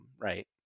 right